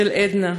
של עדנה,